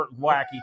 wacky